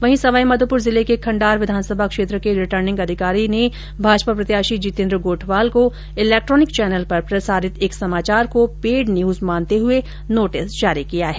वहीं सवाईमाधोपुर जिले के खंडार विधानसभा क्षेत्र के रिटर्निंग अधिकारी ने भाजपा प्रत्याशी जितेन्द्र गोठवाल को इलेक्ट्रॉनिक चैनल पर प्रसारित एक समाचार को पेड न्यूज मानते हुए नोटिस जारी किया है